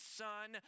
son